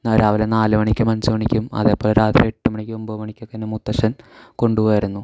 ഞാൻ രാവിലെ നാലുമണിക്കും അഞ്ച് മണിക്കും അതേപോലെ രാത്രി എട്ടുമണിക്കും ഒമ്പതുമണിക്കൊക്കെത്തന്നെ മുത്തശ്ശൻ കൊണ്ടുപോകുമായിരുന്നു